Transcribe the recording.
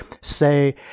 say